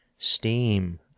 Steam